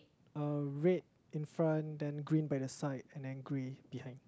uh red in front then green by the side and then grey behind